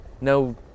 No